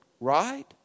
right